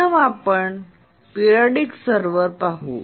प्रथम आपण periodic server पाहू